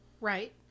Right